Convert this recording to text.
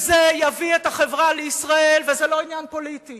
זה יביא את החברה בישראל, וזה לא עניין פוליטי